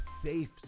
safe